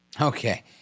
Okay